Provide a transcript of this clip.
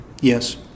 Yes